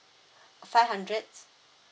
five hundred